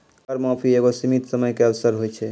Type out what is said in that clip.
कर माफी एगो सीमित समय के अवसर होय छै